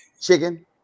Chicken